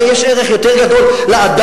הרי יש ערך יותר גדול לאדם,